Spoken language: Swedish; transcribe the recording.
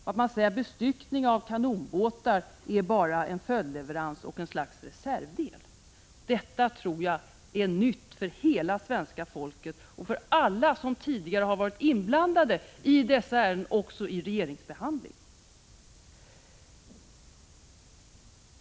Regeringen säger att bestyckning av kanonbåtar bara är en följdleverans, ett slags reservdel. Detta tror jag är nytt för hela svenska folket och för alla som tidigare har varit inblandade i dessa ärenden, också i regeringsbehandlingen.